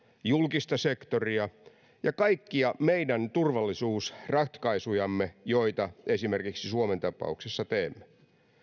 julkista sektoria ja kaikkia meidän turvallisuusratkaisujamme joita esimerkiksi suomen tapauksessa teemme